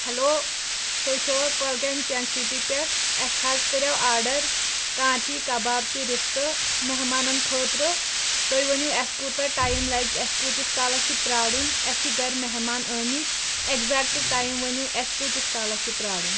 hello تُہۍ چھِو حظ کۄلگامہِ چنٛک سِٹی پٮ۪ٹھ اَسہِ حظ کریٚو آرڈر کانتی کباب تہِ رِستہٕ مہمانن خٲطرٕ تُہۍ ؤنِو اَسہِ کوٗتاہ ٹایِم لگہِ اَسہِ کوٗتِس کالس چھُ پیارُن اَسہِ چھُ گرِ مہمان ٲمٕتۍ اٮ۪کزیکٹ ٹایم ؤنِو اَسہِ کۭتِس کالس چھُ پِیارُن